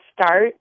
start